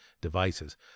devices